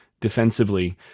defensively